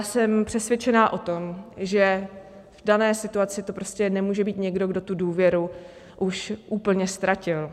Jsem přesvědčená o tom, že v dané situaci to prostě nemůže být někdo, kdo důvěru už úplně ztratil.